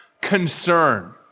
concern